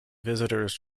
visitors